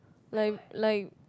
like like